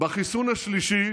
בחיסון השלישי